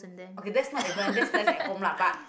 okay that's not even that less at home lah but